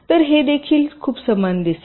तर हे देखील खूप समान दिसेल